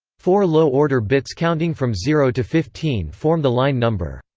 four low-order bits counting from zero to fifteen form the line number.